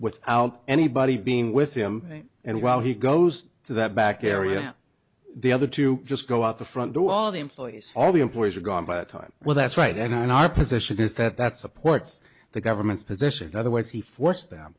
without anybody being with him and while he goes to that back area the other two just go out the front door all the employees all the employees are gone by the time well that's right and in our position is that that supports the government's position other words he forced them